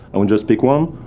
and we just pick one,